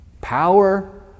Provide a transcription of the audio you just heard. Power